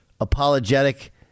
apologetic